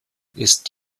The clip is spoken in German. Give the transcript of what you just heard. ist